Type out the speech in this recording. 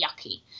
yucky